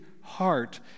heart